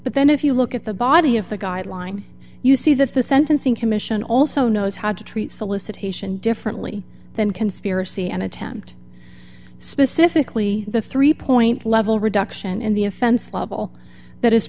but then if you look at the body of the guideline you see that the sentencing commission also knows how to treat solicitation differently than conspiracy and attempt specifically the three point level reduction in the offense level that is